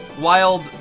wild